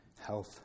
health